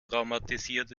traumatisiert